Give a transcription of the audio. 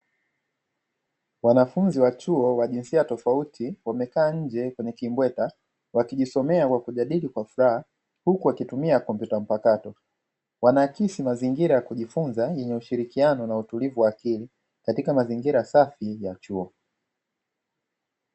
Wanafunzi wa chuo wa jinsia tofauti, wamekaa nje kwenye kimbweta, wakijisomea kwa kujadili kwa furaha huku wakitumia kompyuta mpakato. Wanaakisi mazingira ya kujifunza yenye ushirikiano na utulivu wa akili, katika mazingira safi ya chuo.